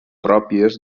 pròpies